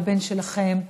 לבן שלכם,